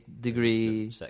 degree